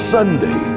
Sunday